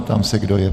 Ptám se, kdo je.